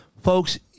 folks